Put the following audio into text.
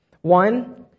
One